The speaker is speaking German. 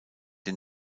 den